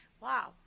Wow